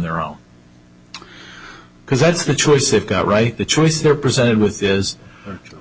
their own because that's the choice they've got right the choice they're presented with is